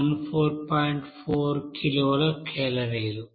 4 కిలోల కేలరీలు